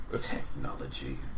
technology